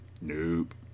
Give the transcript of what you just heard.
Nope